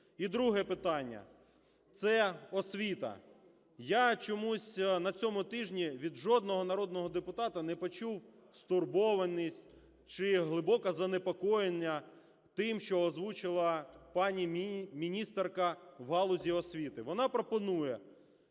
І друге питання – це освіта. Я чомусь на цьому тижні від жодного народного депутата не почув стурбованість чи глибоке занепокоєння тим, що озвучила пані міністерка в галузі освіти. Вона пропонує